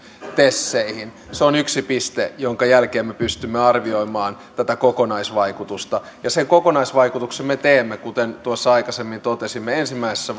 teseihin se on yksi piste jonka jälkeen me pystymme arvioimaan tätä kokonaisvaikutusta ja sen kokonaisvaikutuksen me teemme kuten tuossa aikaisemmin totesimme ensimmäisessä